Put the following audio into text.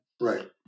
Right